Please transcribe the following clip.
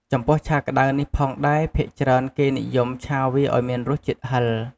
ចំពោះឆាក្តៅនេះផងដែរ ភាគច្រើនគេនិយមឆាវាឱ្យមានរសជាតិហឹរ។